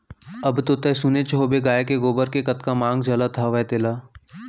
अब तो तैंहर सुनेच होबे के गाय के गोबर के कतका मांग चलत हवय तेला